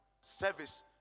service